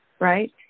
right